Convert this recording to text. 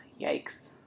yikes